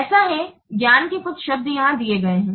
ऐसा है ज्ञान के कुछ शब्द यहाँ दिए गए हैं